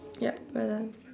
yup we're done